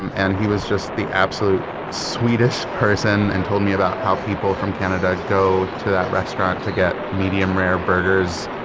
and he was just the absolute sweetest person, and told me about how people from canada go to that restaurant to get medium rare burgers,